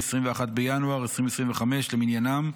21 בינואר 2025 למניינם,